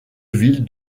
ville